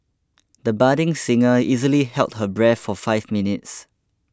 the budding singer easily held her breath for five minutes